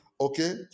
Okay